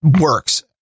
works